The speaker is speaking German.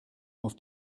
auf